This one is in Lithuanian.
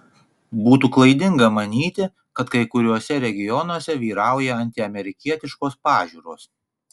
būtų klaidinga manyti kad kai kuriuose regionuose vyrauja antiamerikietiškos pažiūros